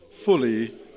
fully